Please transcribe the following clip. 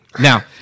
Now